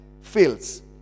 fields